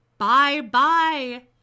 Bye-bye